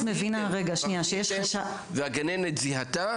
והגננת זיהתה.